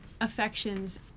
Affections